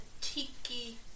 Tiki